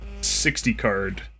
60-card